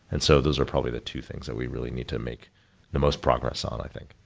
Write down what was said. and so those are probably the two things that we really need to make the most progress on, i think.